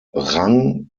rang